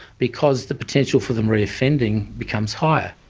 because the potential for them reoffending becomes higher.